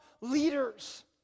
leaders